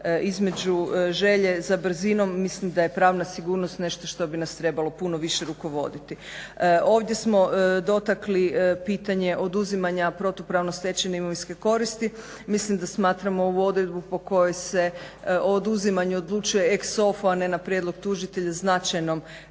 između želje za brzinom mislim da je pravna sigurnost nešto što bi nas trebalo puno više rukovoditi. Ovdje smo dotakli pitanje oduzimanja protupravno stečene imovinske koristi. Mislim da smatramo ovu odredbu po kojoj se oduzimanje odlučuje ex sofo a ne na prijedlog tužitelja značajno